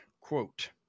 quote